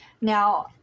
Now